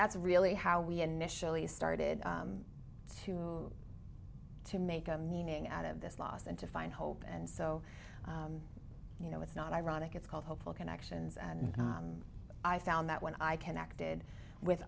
that's really how we initially started to to make a meaning out of this loss and to find hope and so you know it's not ironic it's called hopeful connections and i found that when i connected with